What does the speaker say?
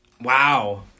Wow